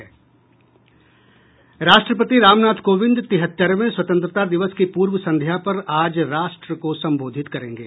राष्ट्रपति रामनाथ कोविंद तिहत्तरवें स्वतंत्रता दिवस की पूर्व संध्या पर आज राष्ट्र को संबोधित करेंगे